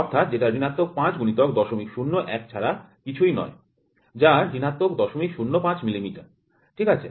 অর্থাৎ যেটা ৫ গুণিতক ০০১ ছাড়া কিছুই নয় যা ০০৫ মিলিমিটার ঠিক আছে